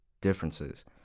differences